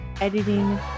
Editing